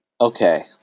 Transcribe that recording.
Okay